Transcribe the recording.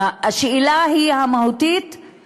השאלה המהותית היא,